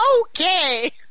Okay